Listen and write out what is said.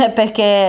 perché